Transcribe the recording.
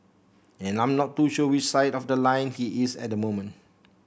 and I'm not too sure which side of the line he is at the moment